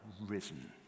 risen